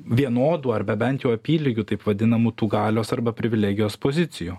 vienodų arba bent apylygių taip vadinamų tų galios arba privilegijos pozicijų